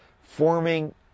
forming